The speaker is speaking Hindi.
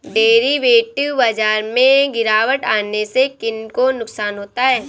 डेरिवेटिव बाजार में गिरावट आने से किन को नुकसान होता है?